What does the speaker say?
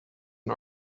and